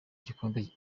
gikombe